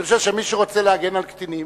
אני חושב שמי שרוצה להגן על קטינים,